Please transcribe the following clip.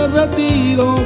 retiro